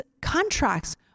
contracts